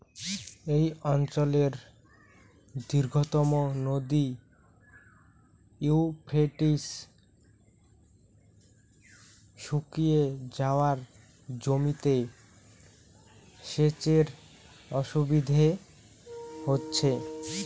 এই অঞ্চলের দীর্ঘতম নদী ইউফ্রেটিস শুকিয়ে যাওয়ায় জমিতে সেচের অসুবিধে হচ্ছে